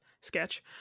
sketch